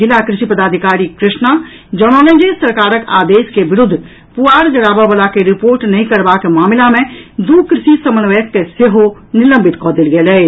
जिला कृषि पदाधिकारी कृष्णा जनौलनि जे सरकारक आदेश के विरूद्ध पुआर जराबऽवला के रिपोर्ट नहि करबाक मामिला मे दू कृषि समन्वयक के सेहो निलंबित कऽ देल गेल अछि